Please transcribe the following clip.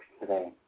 today